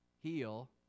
heal